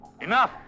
Enough